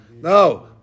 No